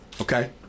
Okay